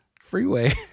Freeway